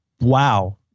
Wow